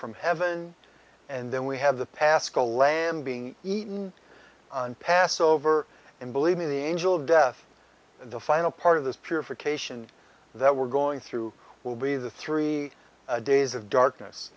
from heaven and then we have the pascal land being eaten on passover and believe me the angel of death and the final part of this purification that we're going through will be the three days of darkness